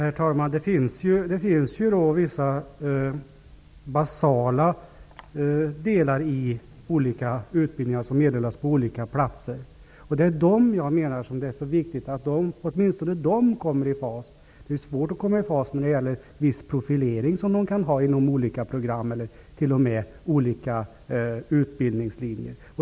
Herr talman! Det finns vissa basala delar i utbildningar som meddelas på olika platser. Jag menar att det är mycket viktigt att åtminstone de kommer i fas. Det är svårt att komma i fas när det gäller viss profilering som man kan ha inom olika program eller olika utbildningslinjer.